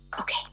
Okay